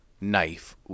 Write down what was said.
knife